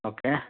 okay